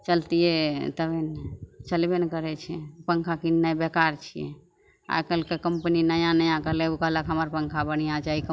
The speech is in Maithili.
चलतिए तब ने चलबे नहि करै छै पन्खा किनने बेकार छिए आइकाल्हिके कम्पनी नया नया भेलै ओ कहलक हमर पन्खा बढ़िआँ छै